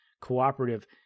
cooperative